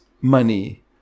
money